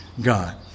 God